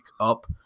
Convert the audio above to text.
up